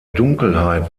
dunkelheit